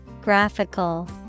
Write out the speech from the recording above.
Graphical